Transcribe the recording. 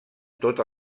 tota